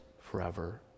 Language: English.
forever